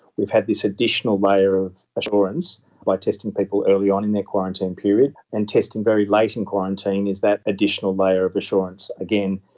we've had this additional layer of assurance by testing people early on in their quarantine period and testing very late in quarantine, is that additional layer of assurance. again,